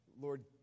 Lord